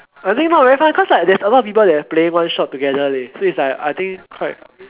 I think not very fun cause like there's a lot of people that's like playing one shot together leh so it's like I think quite